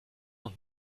und